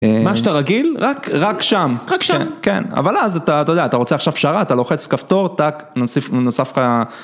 מה שאתה רגיל, רק שם, כן, כן, אבל אז אתה, אתה יודע, אתה רוצה עכשיו שרת, אתה לוחץ, כפתור, טאק, נוסיף, נוסף לך...